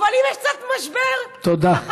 אבל אם יש קצת משבר, תודה, תודה.